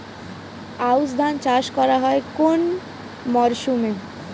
আউশ ধান চাষ করা হয় কোন মরশুমে?